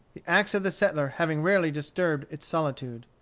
the axe of the settler having rarely disturbed its solitude.